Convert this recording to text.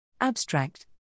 Abstract